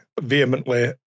Vehemently